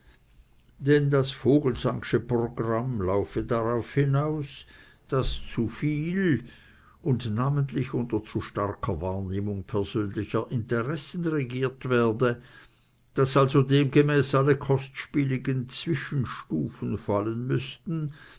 denn das vogelsangsche programm laufe darauf hinaus daß zuviel und namentlich unter zu starker wahrnehmung persönlicher interessen regiert werde daß also demgemäß alle kostspieligen zwischenstufen fallen müßten